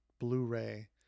blu-ray